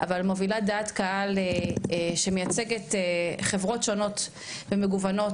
אבל מובילת דעת קהל שמייצגת חברות שונות ומגוונות,